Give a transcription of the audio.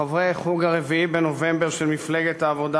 חברי "חוג ה-4 בנובמבר" של מפלגת העבודה